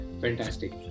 fantastic